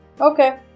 Okay